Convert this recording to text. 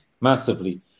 massively